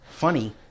funny